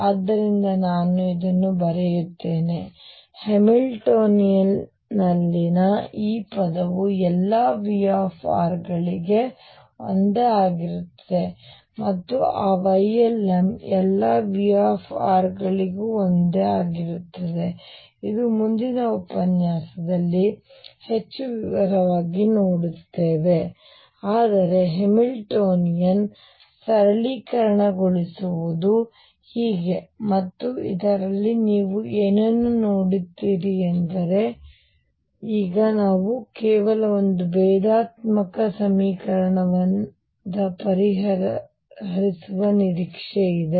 ಆದ್ದರಿಂದ ನಾನು ಇದನ್ನು ಬರೆಯುತ್ತೇನೆ ಹ್ಯಾಮಿಲ್ಟೋನಿಯನ್ ನಲ್ಲಿನ ಈ ಪದವು ಎಲ್ಲಾ V ಗಳಿಗೆ ಒಂದೇ ಆಗಿರುತ್ತದೆ ಮತ್ತು ಆ Ylm ಎಲ್ಲಾ V ಗಳಿಗೂ ಒಂದೇ ಆಗಿರುತ್ತದೆ ಇದು ಮುಂದಿನ ಉಪನ್ಯಾಸದಲ್ಲಿ ಹೆಚ್ಚು ವಿವರವಾಗಿ ನೋಡುತ್ತದೆ ಆದರೆ ಹ್ಯಾಮಿಲ್ಟೋನಿಯನ್ ಸರಳೀಕರಣಗೊಳ್ಳುವುದು ಹೀಗೆ ಮತ್ತು ಇದರಲ್ಲಿ ನೀವು ಏನನ್ನು ನೋಡುತ್ತೀರಿ ಎಂದರೆ ಈಗ ನಾವು ಕೇವಲ ಒಂದು ಭೇದಾತ್ಮಕ ಸಮೀಕರಣವನ್ನು ಪರಿಹರಿಸುವ ನಿರೀಕ್ಷೆಯಿದೆ